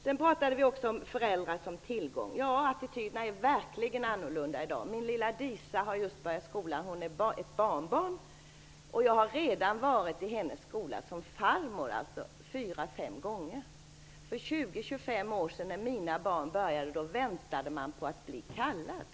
Sedan pratade vi också om föräldrar som tillgång. Ja, attityderna är verkligen annorlunda i dag. Min lilla Disa, mitt barnbarn, har just börjat skolan. Jag, som farmor, har redan varit i hennes skola fyra fem gånger. För 20-25 år sedan, när mina barn började, väntade man på att bli kallad.